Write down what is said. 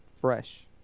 fresh